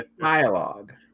dialogue